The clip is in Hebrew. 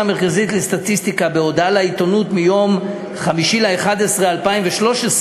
המרכזית לסטטיסטיקה בהודעה לעיתונות מיום 5 בנובמבר 2013,